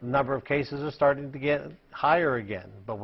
number of cases are starting to get higher again but